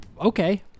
okay